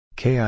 KI